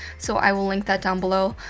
so, i will link that down below.